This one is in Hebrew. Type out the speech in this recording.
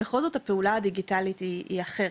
בכל זאת הפעולה הדיגיטלית היא אחראית.